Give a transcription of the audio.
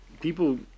people